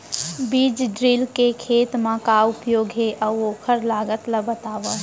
बीज ड्रिल के खेत मा का उपयोग हे, अऊ ओखर लागत ला बतावव?